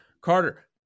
Carter